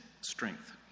strength